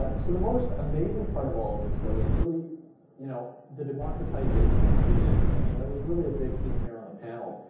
ah so the most amazing part of all this, though, is really you know the democratization of media. and and you know that was really a big theme here on the panel,